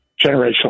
generational